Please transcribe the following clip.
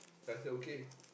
then I said okay